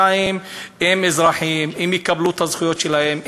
2. הם אזרחים, שהם יקבלו את הזכויות שלהם.